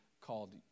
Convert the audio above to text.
called